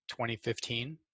2015